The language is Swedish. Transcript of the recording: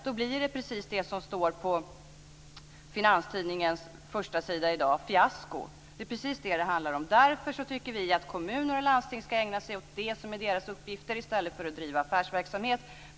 Då blir det just det som står på Finanstidningens förstasida i dag, fiasko. Det är precis det som det handlar om. Därför tycker vi att kommuner och landsting ska ägna sig åt det som är deras uppgifter i stället för att driva affärsverksamhet.